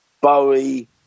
Bowie